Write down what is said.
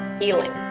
healing